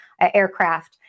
aircraft